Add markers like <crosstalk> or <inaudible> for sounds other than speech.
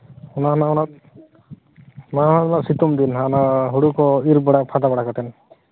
ᱚᱱᱟ ᱨᱮᱱᱟᱜ ᱚᱱᱟ <unintelligible> ᱥᱤᱛᱩᱝ ᱫᱤᱱ ᱚᱱᱟ ᱦᱩᱲᱩ ᱠᱚ ᱤᱨ ᱵᱟᱲᱟ ᱯᱷᱟᱸᱫᱟ ᱵᱟᱲᱟ ᱠᱟᱛᱮᱫ